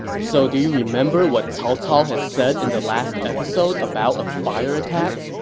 so do you remember what cao cao had said in the last episode about a fire attack?